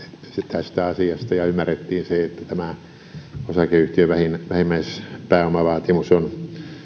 tästä asiasta ja ymmärrettiin se että tämä osakeyhtiön vähimmäispääomavaatimus on